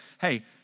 hey